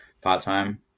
part-time